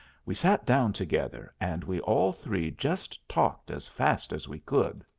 we sat down together, and we all three just talked as fast as we could.